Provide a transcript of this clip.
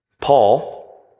Paul